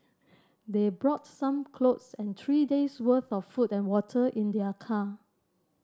they brought some clothes and three days worth of food and water in their car